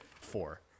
Four